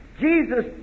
Jesus